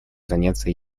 заняться